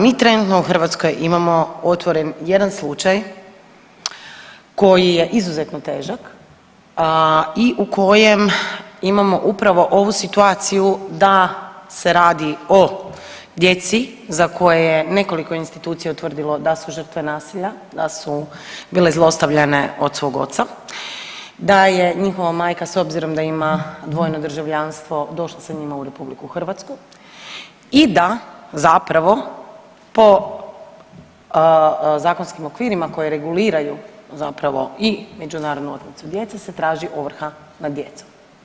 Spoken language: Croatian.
Mi trenutno u Hrvatskoj imamo otvoren jedan slučaj koji je izuzetno težak i u kojem imamo upravo ovu situaciju da se radi o djeci za koje je nekoliko institucija utvrdilo da su žrtve nasilja, da su bile zlostavljane od svog oca, da je njihova majka s obzirom da ima dvojno državljanstvo došla sa njima u Republiku Hrvatsku i da zapravo po zakonskim okvirima koji reguliraju zapravo i međunarodnu otmicu djece se traži ovrha nad djecom.